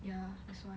ya lah that's why